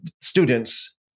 students